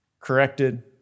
Corrected